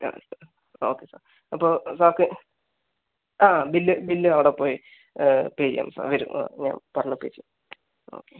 ആ sir okay sir അപ്പോൾ സാർക്ക് ആ ബില്ല് ബില്ല് അവിടെ പോയി പേ ചെയ്യാം സാർ വരൂ ആ ഞാൻ പറഞ്ഞ് പേ ചെയ്യാം ഓക്കെ